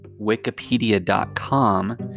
wikipedia.com